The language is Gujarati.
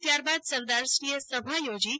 ત્યારબાદ સરદારશ્રીએ સભા યોજી હતી